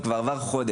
וכבר עבר חודש.